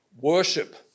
worship